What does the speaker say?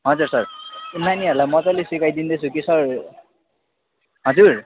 हजुर सर नानीहरूलाई मजाले सिकाइदिँदैछु कि सर हजुर